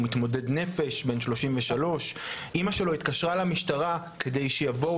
הוא מתמודד נפש בן 33. במרץ 2021 אימא שלו התקשרה למשטרה כדי שיבואו